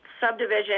subdivision